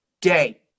day